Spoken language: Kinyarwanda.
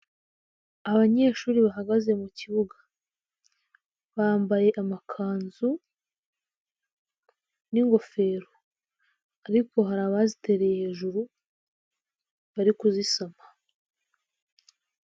Abanyeshuri bahagaze mu kibuga. Bambaye amakanzu n'ingofero ariko hari abaziteyere hejuru bari kuzisaba.